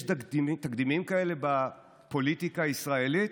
יש תקדימים כאלה בפוליטיקה הישראלית?